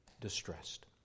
distressed